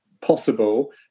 possible